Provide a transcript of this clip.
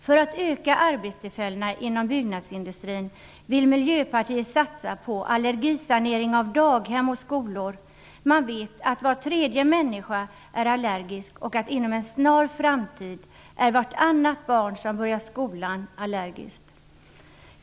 För att öka arbetstillfällena inom byggnadsindustrin vill Miljöpartiet satsa på allergisanering av daghem och skolor. Man vet att var tredje människa är allergisk och att inom en snar framtid vartannat barn som börjar skolan är allergiskt.